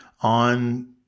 on